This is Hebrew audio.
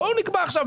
בואו נקבע עכשיו,